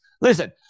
listen